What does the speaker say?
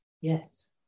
Yes